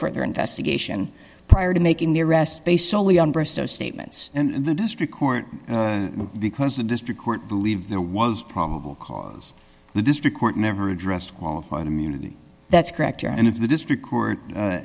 further investigation prior to making the arrest based solely on bristow statements and the district court because the district court believed there was probable cause the district court never addressed qualified immunity that's correct and if the district court